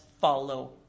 follow